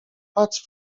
patrz